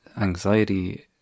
anxiety